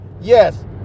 yes